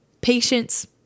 Patience